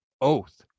oath